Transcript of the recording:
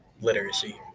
literacy